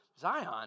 Zion